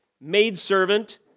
maidservant